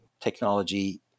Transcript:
technology